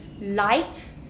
light